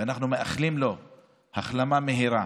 ואנחנו מאחלים לו החלמה מהירה.